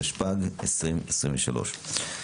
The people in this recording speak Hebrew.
התשפ"ג-2023.